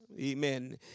amen